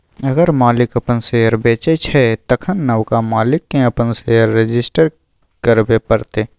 अगर मालिक अपन शेयर बेचै छै तखन नबका मालिक केँ अपन शेयर रजिस्टर करबे परतै